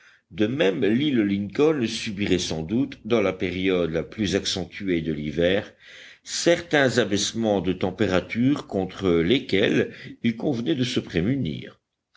de même l'île lincoln subirait sans doute dans la période la plus accentuée de l'hiver certains abaissements de température contre lesquels il convenait de se prémunir